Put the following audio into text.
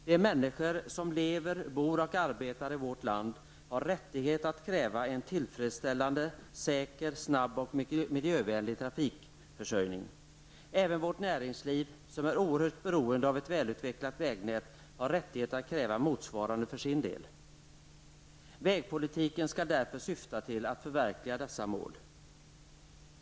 De människor som lever, bor och arbetar i vårt land har rättighet att kräva en tillfredsställande, säker, snabb och miljövänlig trafikförsörjning. Även vårt näringsliv, som är oerhört beroende av ett välutvecklat vägnät, har rättighet att kräva motsvarande för sin del. Vägpolitiken skall därför syfta till att förverkliga dessa mål.